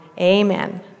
Amen